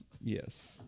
yes